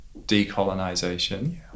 decolonization